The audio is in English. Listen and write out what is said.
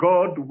God